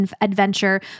adventure